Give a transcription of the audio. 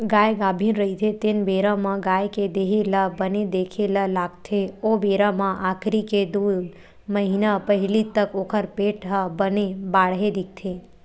गाय गाभिन रहिथे तेन बेरा म गाय के देहे ल बने देखे ल लागथे ओ बेरा म आखिरी के दू महिना पहिली तक ओखर पेट ह बने बाड़हे दिखथे